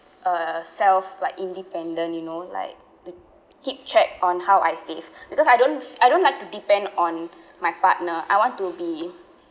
uh self like independent you know like to keep track on how I save because I don't I don't like to depend on my partner I want to be